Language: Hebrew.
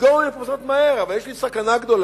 נסגור מרפסות מהר, אבל יש סכנה גדולה